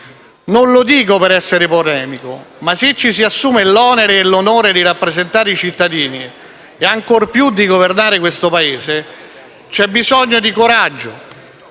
non lo dico per essere polemico, ma, se ci si assume l'onere e l'onore di rappresentare i cittadini e ancor più di governare questo Paese, c'è bisogno di coraggio,